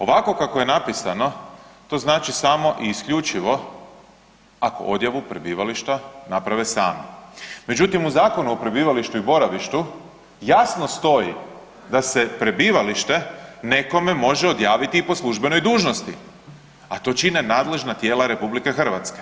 Ovako kako je napisano to znači samo i isključivo ako odjavu prebivališta naprave sami, međutim u Zakonu o prebivalištu i boravištu jasno stoji da se prebivalište nekome može odjaviti i po službenoj dužnosti, a to čine nadležna tijela RH.